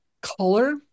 color